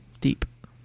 Deep